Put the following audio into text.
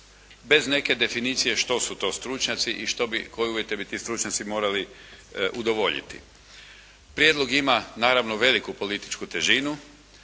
bez neke definicije što su to stručnjaci i koji, što bi, koje uvjete bi ti stručnjaci morali udovoljiti. Prijedlog ima naravno veliku političku težinu.